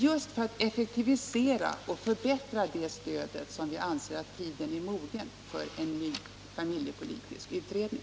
Just för att effektivisera och förbättra det stödet anser vi att tiden är mogen för en ny familjepolitisk utredning.